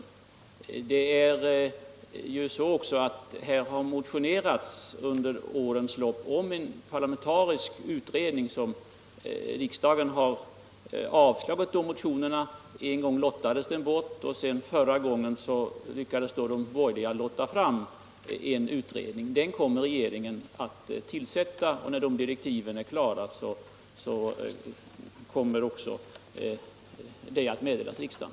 Under årens lopp har det vid flera tillfällen motionerats om en parlamentarisk utredning, och riksdagen har avslagit motionerna. En gång lottades motionen bort, men förra gången lyckades de borgerliga lotta fram en utredning. Den utredningen kommer regeringen att tillsätta, och när direktiven för den är klara kommer det också att meddelas riksdagen.